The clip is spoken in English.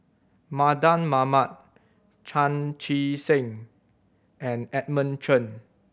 Mardan Mamat Chan Chee Seng and Edmund Chen